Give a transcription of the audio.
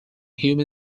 human